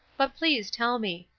but please tell me.